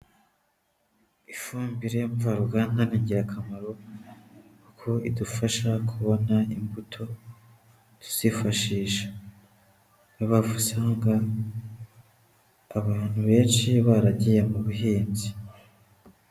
Ifumbire mvaruganda ni ingirakamaro kuko idufasha kubona imbuto tuzifashisha niyo mpamvu usanga abantu benshi baragiye mu buhinzi.